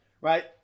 right